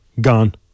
gone